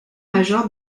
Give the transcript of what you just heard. major